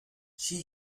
she